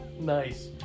Nice